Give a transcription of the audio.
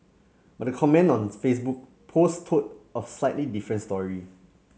but the comment on Facebook post told a slightly different story